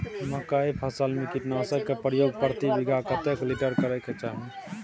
मकई फसल में कीटनासक के प्रयोग प्रति बीघा कतेक लीटर करय के चाही?